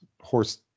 horse